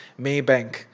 Maybank